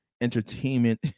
entertainment